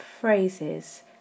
phrases